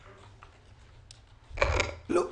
לא.